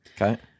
Okay